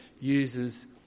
uses